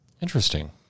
Interesting